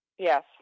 Yes